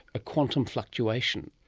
a quantum fluctuation.